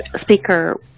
Speaker